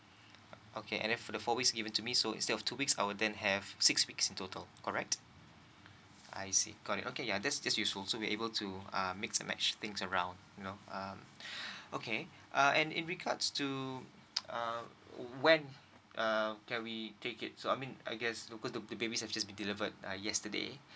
okay and then for the four weeks given to me so instead of two weeks I will then have six weeks in total correct alright I see got it okay ya that's that's useful so we will able to um mix and match things around you know um okay uh and in regards to uh when uh can we take it so I mean I guess look the baby has been delivered yesterday